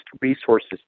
Resources